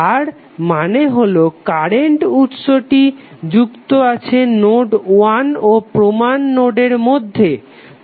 তার মানে হলো কারেন্ট উৎসটি যুক্ত আছে নোড 1 ও প্রমান নোডের মধ্যে